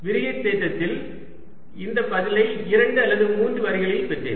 விரிகை தேற்றத்தில் இந்த பதிலை இரண்டு அல்லது மூன்று வரிகளில் பெற்றேன்